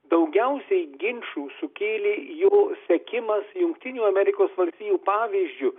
daugiausiai ginčų sukėlė jo sekimas jungtinių amerikos valstijų pavyzdžiu